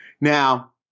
Now